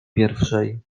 pierwszej